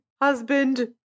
husband